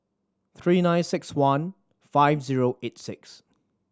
three nine six one five zero eight six